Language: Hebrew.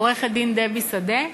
עורכת-דין דבי שדה.